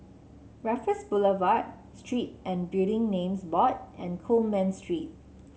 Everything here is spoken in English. Raffles Boulevard Street and Building Names Board and Coleman Street